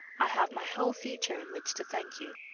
i have my whole future in which to thank you,